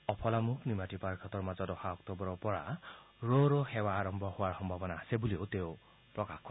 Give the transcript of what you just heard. অফলামুখ নিমাতি পাৰঘাটৰ মাজত অহা অক্টোবৰৰ পৰা ৰ ৰ সেৱা আৰম্ভ হোৱাৰ সম্ভাৱনা আছে বুলিও তেওঁ প্ৰকাশ কৰে